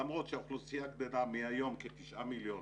למרות שהאוכלוסייה גדלה מהיום כתשעה מיליון